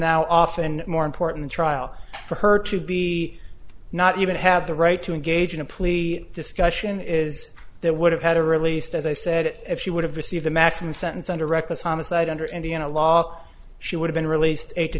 now often more important trial for her to be not even have the right to engage in a plea discussion is there would have had to released as i said if she would have received a maximum sentence under reckless homicide under indiana law she would have been released eight to